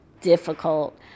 difficult